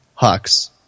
Hux